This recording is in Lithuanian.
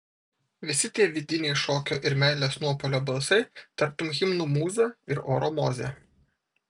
visi tie vidiniai šokio ir meilės nuopuolio balsai tartum himnų mūza ir oro mozė